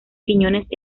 quiñones